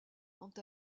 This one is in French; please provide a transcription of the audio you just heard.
quant